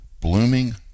blooming